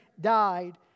died